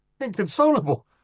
inconsolable